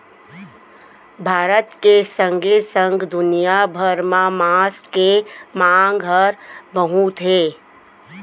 भारत के संगे संग दुनिया भर म मांस के मांग हर बहुत हे